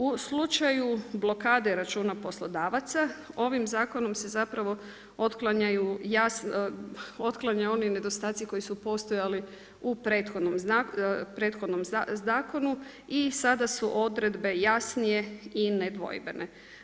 U slučaju blokade računa poslodavaca, ovim zakonom se zapravo otklanja oni nedostaci koji su postojali u prethodnom zakonu i sada su odredbe jasnije i nedvojbene.